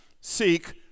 seek